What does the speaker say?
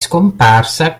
scomparsa